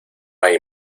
hay